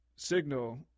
signal